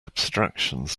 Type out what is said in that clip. abstractions